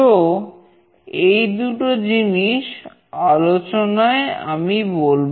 তো এই দুটো জিনিস আলোচনায় আমি বলব